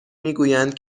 میگویند